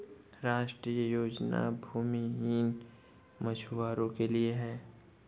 राष्ट्रीय योजना भूमिहीन मछुवारो के लिए है